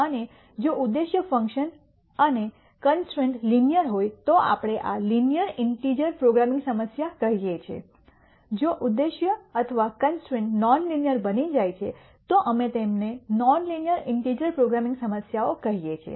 અને જો ઉદ્દેશ્ય ફંકશન અને કન્સ્ટ્રૈન્ટ લિનિયર હોય તો આપણે આ લિનિયર ઇન્ટિજર પ્રોગ્રામિંગ સમસ્યા કહીએ છીએ જો ઉદ્દેશ્ય અથવા કન્સ્ટ્રૈન્ટ નોન લીનિયર બની જાય છે તો અમે તેમને નોન લીનિયર ઇન્ટિજર પ્રોગ્રામિંગ સમસ્યાઓ કહીએ છીએ